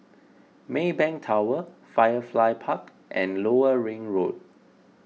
Maybank Tower Firefly Park and Lower Ring Road